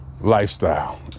lifestyle